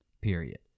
period